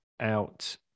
out